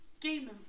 Game